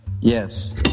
Yes